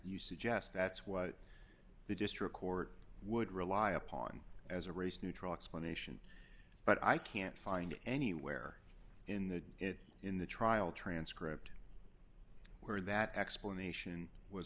suggest that's what the district court would rely upon as a race neutral explanation but i can't find anywhere in the it in the trial transcript where that explanation was